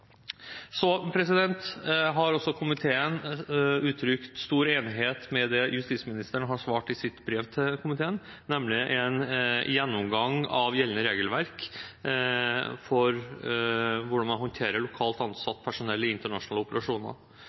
Så har også komiteen uttrykt stor enighet med justisministeren i det han har svart i sitt brev til komiteen, nemlig at man skal ha en gjennomgang av gjeldende regelverk for hvordan man håndterer lokalt ansatt personell i internasjonale operasjoner.